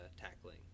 tackling